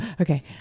Okay